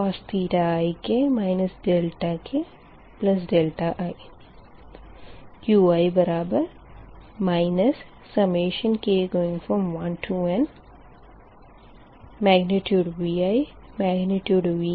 cos ik ki Qi k1n